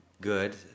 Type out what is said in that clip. good